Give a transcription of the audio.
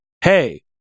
hey